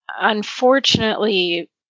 unfortunately